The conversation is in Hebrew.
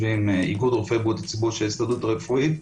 איגוד רופאי בריאות הציבור של ההסתדרות הרפואית,